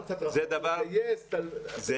הלכת קצת רחוק לגייס תלמידים --- עזוב,